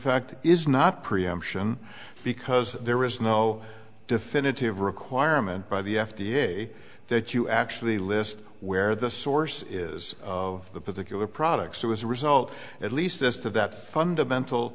fact is not preemption because there is no definitive requirement by the f d a that you actually list where the source is of the particular product so as a result at least as to that fundamental